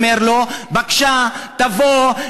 אומר לו: בבקשה תבוא,